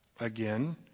again